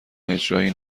اجرایی